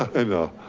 i know,